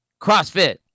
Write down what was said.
CrossFit